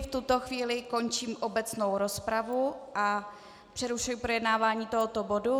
V tuto chvíli končím obecnou rozpravu a přerušuji projednávání tohoto bodu.